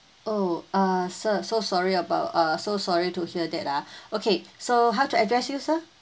oh uh sir so sorry about uh so sorry to hear that ah okay so how to address you sir